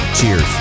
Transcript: Cheers